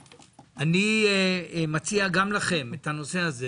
אני מציע גם לכם את הנושא הזה,